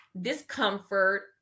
discomfort